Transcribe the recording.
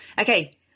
Okay